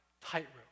tightrope